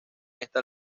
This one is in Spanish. esta